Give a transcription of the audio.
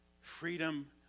freedom